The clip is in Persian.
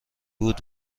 بود